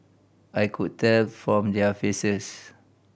I could tell from their faces